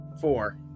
Four